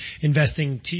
investing